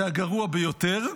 זה "הגרוע ביותר"